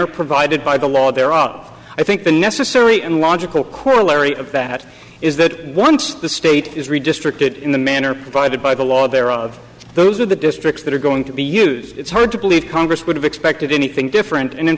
manner provided by the law there are no i think the necessary and logical corollary of that is that once the state is redistricted in the manner provided by the law there of those of the districts that are going to be used it's hard to believe congress would have expected anything different and in